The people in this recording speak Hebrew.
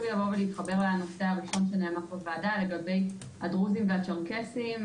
להתחבר לנושא הראשון שנאמר בוועדה לגבי הדרוזים והצ'רקסים,